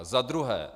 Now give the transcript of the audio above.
Za druhé.